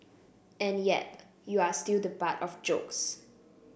and yep you are still the butt of jokes